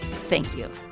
thank you.